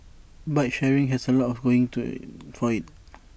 bike sharing has A lot going to for IT